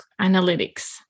Analytics